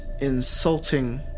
insulting